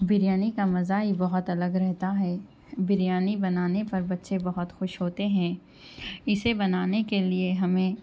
بریانی کا مزہ ہی بہت الگ رہتا ہے بریانی بنانے پر بچے بہت خوش ہوتے ہیں اسے بنانے کے لیے ہمیں